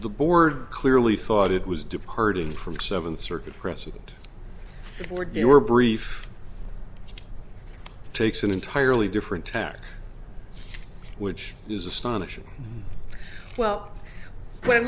the board clearly thought it was departing from seventh circuit precedent or do you were brief takes an entirely different tact which is astonishing well when